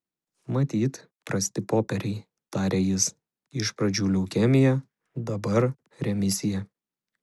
matyt prasti popieriai tarė jis iš pradžių leukemija dabar remisija